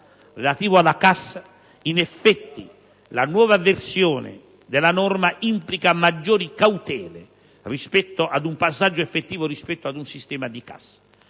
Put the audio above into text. relativo alla cassa, in effetti la nuova versione della norma implica maggiori cautele rispetto ad un passaggio effettivo rispetto ad un sistema di cassa: